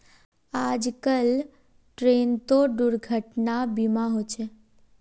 आजकल ट्रेनतो दुर्घटना बीमा होचे